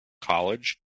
college